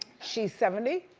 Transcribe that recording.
she's seventy,